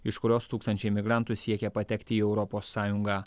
iš kurios tūkstančiai migrantų siekia patekti į europos sąjungą